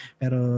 pero